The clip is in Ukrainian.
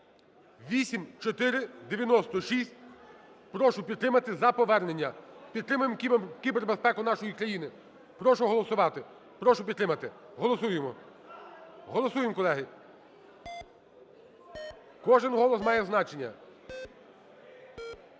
8496. Прошу підтримати за повернення. Підтримаємо кібербезпеку нашої країни. Прошу голосувати. Прошу підтримати. Голосуємо. Голосуєм, колеги. Кожен голос має значення.